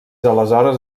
aleshores